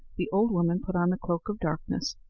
the old woman put on the cloak of darkness,